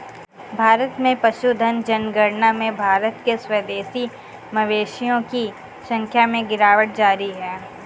भारत में पशुधन जनगणना में भारत के स्वदेशी मवेशियों की संख्या में गिरावट जारी है